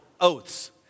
oaths